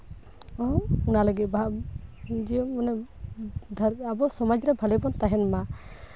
ᱚᱱᱟ ᱞᱟᱹᱜᱤᱫ ᱵᱟ ᱟᱵᱚ ᱥᱚᱢᱟᱡᱽ ᱨᱮ ᱵᱷᱟᱜᱮ ᱵᱚᱱ ᱛᱟᱦᱮᱱ ᱢᱟ